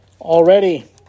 already